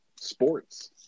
Sports